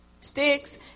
Sticks